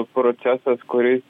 procesas kuris